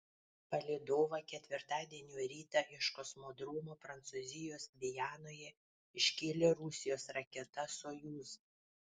palydovą ketvirtadienio rytą iš kosmodromo prancūzijos gvianoje iškėlė rusijos raketa sojuz